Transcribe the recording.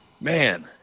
man